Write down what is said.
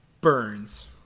Burns